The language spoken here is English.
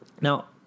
Now